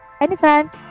anytime